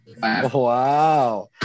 Wow